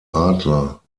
adler